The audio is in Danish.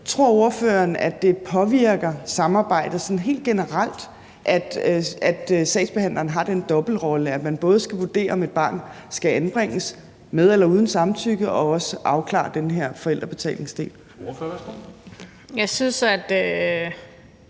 om ordføreren tror, det påvirker samarbejdet helt generelt, at sagsbehandleren har den dobbeltrolle, at vedkommende både skal vurdere, om et barn skal anbringes med eller uden samtykke og også afklare den her forældrebetalingsdel. Kl.